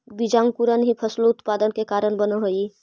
बीजांकुरण ही फसलोत्पादन के कारण बनऽ हइ